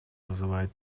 вызывает